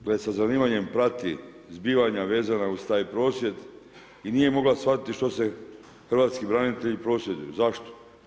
I rekla je da sa zanimanjem prati zbivanja vezana uz taj prosvjed i nije mogla shvatiti što se, hrvatski branitelji prosvjeduju, zašto.